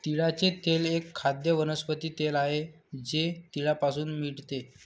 तिळाचे तेल एक खाद्य वनस्पती तेल आहे जे तिळापासून मिळते